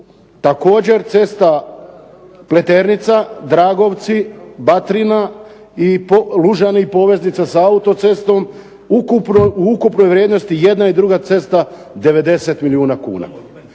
također cesta Pleternica, Dragovci, Batrina, i Lužani i poveznica sa autocestom u ukupnoj vrijednosti jedna i druga cesta 90 milijuna kuna.